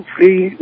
Free